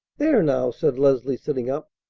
there! now! said leslie, sitting up.